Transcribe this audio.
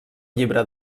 llibre